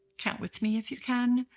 count with me if you can.